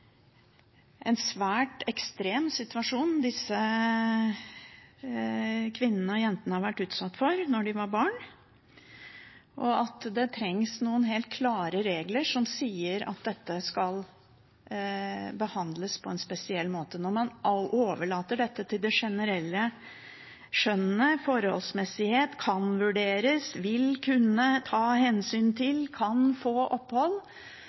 en svært ekstrem situasjon disse kvinnene – og jentene – har vært utsatt for da de var barn, og at det trengs noen helt klare regler som sier at dette skal behandles på en spesiell måte. Når man overlater dette til det generelle skjønnet – «forholdsmessighet», «kan vurderes», «vil kunne», «ta hensyn til», «kan få opphold»